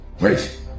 Wait